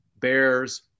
Bears